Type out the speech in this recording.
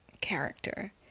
character